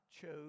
chose